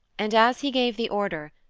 and as he gave the order,